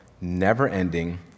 never-ending